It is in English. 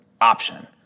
option